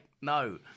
no